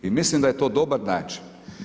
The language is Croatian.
I mislim da je to dobar način.